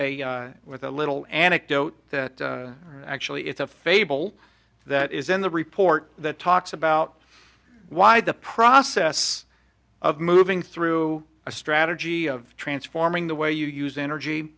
a with a little anecdote that actually it's a fable that is in the report that talks about why the process of moving through a strategy of transforming the way you use energy